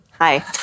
Hi